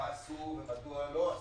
מה עשו ומדוע לא עשו.